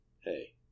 Hey